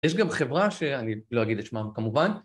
יש גם חברה שאני לא אגיד את שמה, כמובן.